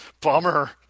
Bummer